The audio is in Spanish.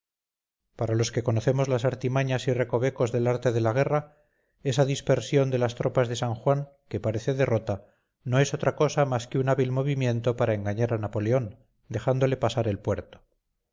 para los que conocemos las artimañas y recovecos del arte de la guerra esa dispersión de las tropas de san juan que parece derrota no es otra cosa más que un hábil movimiento para engañar a napoleón dejándole pasar el puerto